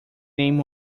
name